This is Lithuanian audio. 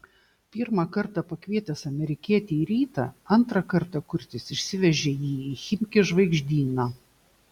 pirmą kartą pakvietęs amerikietį į rytą antrą kartą kurtis išsivežė jį į chimki žvaigždyną